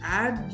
add